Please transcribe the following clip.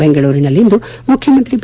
ಬೆಂಗಳೂರಿನಲ್ಲಿಂದು ಮುಖ್ಯಮಂತ್ರಿ ಬಿ